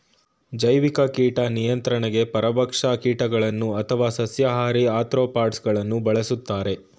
ಜೈವಿಕ ಕೀಟ ನಿಯಂತ್ರಣಗೆ ಪರಭಕ್ಷಕ ಕೀಟಗಳನ್ನು ಅಥವಾ ಸಸ್ಯಾಹಾರಿ ಆಥ್ರೋಪಾಡ್ಸ ಗಳನ್ನು ಬಳ್ಸತ್ತರೆ